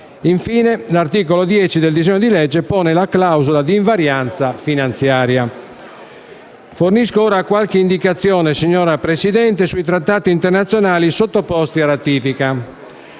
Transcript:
Infine, l'articolo 10 del disegno di legge pone la clausola di invarianza finanziaria. Fornisco ora qualche indicazione, signora Presidente, sui trattati internazionali sottoposti a ratifica.